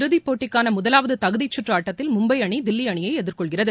இறுதிப்போட்டிக்கான முதலாவது தகுதிச்சுற்று ஆட்டத்தில் மும்பப அணி தில்லி அணியை எதிர்கொள்கிறது